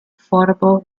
affordable